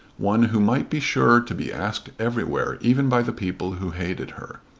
one who might be sure to be asked everywhere even by the people who hated her.